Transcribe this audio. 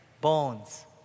Bones